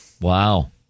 wow